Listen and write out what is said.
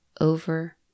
over